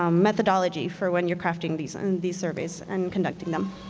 um methodology for when you craft these these surveys and conduct them.